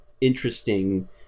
interesting